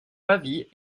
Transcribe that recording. pavie